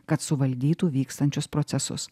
kad suvaldytų vykstančius procesus